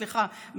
סליחה,